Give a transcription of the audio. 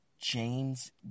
James